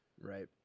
right